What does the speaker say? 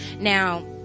Now